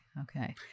Okay